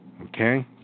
Okay